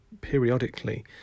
periodically